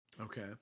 Okay